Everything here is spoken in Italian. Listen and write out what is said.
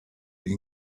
gli